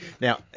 Now